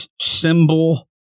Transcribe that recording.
symbol